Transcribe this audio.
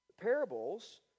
Parables